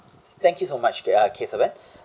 thank you so much uh kesavan